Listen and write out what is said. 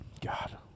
God